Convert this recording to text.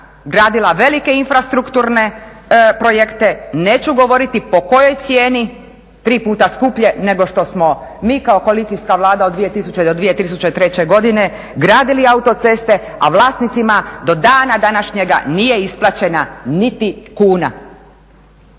gradila velike infrastrukturne projekte, neću govoriti po kojoj cijeni, tri puta skuplje nego što smo mi kao koalicijska Vlada do 2000. do 2003. gradili autoceste a vlasnicima do dana današnjega nije isplaćena niti kuna.